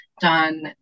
done